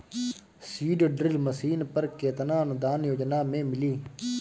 Seed drill machine पर केतना अनुदान योजना में मिली?